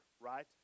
right